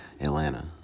Atlanta